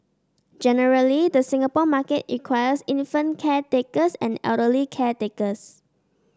generally the Singapore market requires infant caretakers and elderly caretakers